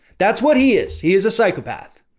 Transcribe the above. that's what he is. he is a psychopath.